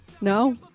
No